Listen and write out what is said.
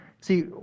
See